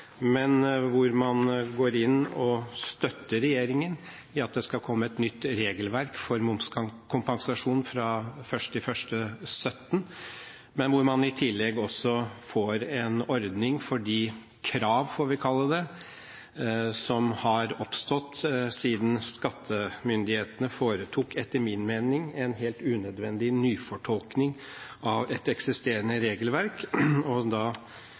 men hvor man i tillegg får en ordning for de krav – får vi kalle det – som har oppstått siden skattemyndighetene foretok en etter min mening helt unødvendig nyfortolkning av et eksisterende regelverk.